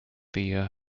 via